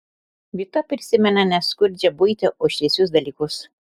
vita prisimena ne skurdžią buitį o šviesius dalykus